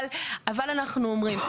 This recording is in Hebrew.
אבל אנחנו אומרים.